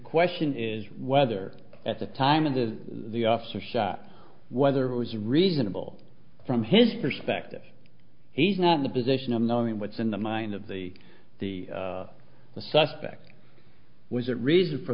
question is whether at the time of the the officer shot whether it was reasonable from his perspective he's not in the position of knowing what's in the mind of the the the suspect was a reason for